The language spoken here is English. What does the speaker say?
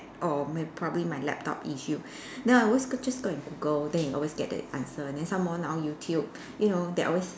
or may~ probably my laptop issue then I always go just go and Google then you always get the answer then some more now YouTube you know they always